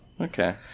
okay